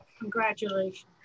Congratulations